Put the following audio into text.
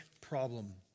problem